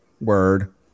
Word